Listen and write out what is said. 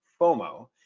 FOMO